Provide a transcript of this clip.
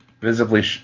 Visibly